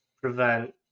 prevent